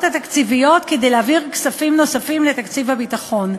התקציביות כדי להעביר כספים נוספים לתקציב הביטחון.